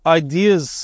ideas